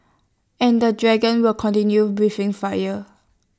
and the dragon will continue breathing fire